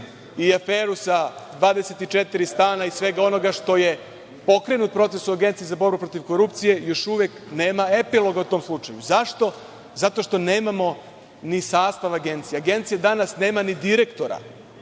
i aferu sa 24 stana i svega onoga što je pokrenut proces u Agenciji za borbu protiv korupcije još nema epiloga u tom slučaju. Zašto? Zato što nemamo ni sastav Agencije. Agencija danas nema ni direktora,